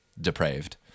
depraved